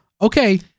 Okay